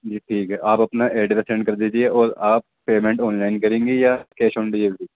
جی ٹھیک ہے آپ اپنا ایڈریس سینڈ کر دیجیے اور آپ پیمنٹ آن لائن کریں گی یا کیش آن ڈیلیوری